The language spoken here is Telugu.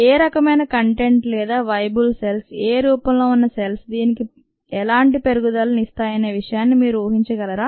ఏ రకమైన కంటెంట్ లేదా వయబుల్ సెల్స్ ఏ రూపంలో ఉన్న సెల్స్ దీనికి ఎలాంటి పెరుగుదల ను ఇస్తాయనే విషయాన్ని మీరు ఊహించగలరా